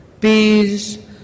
Bees